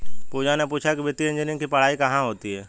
पूजा ने पूछा कि वित्तीय इंजीनियरिंग की पढ़ाई कहाँ होती है?